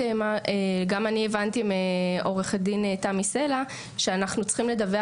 גם אני הבנתי מעורכת דין תמי סלע שאנחנו צריכים לדווח